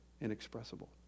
inexpressible